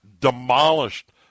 demolished